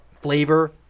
flavor